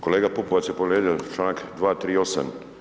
Kolega Pupovac j povrijedio članak 238.